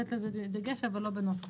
מרתון